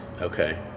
Okay